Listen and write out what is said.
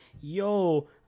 yo